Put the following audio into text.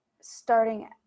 starting